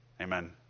Amen